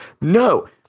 no